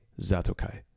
Zatokai